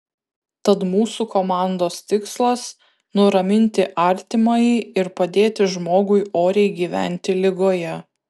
tad mūsų komandos tikslas nuraminti artimąjį ir padėti žmogui oriai gyventi ligoje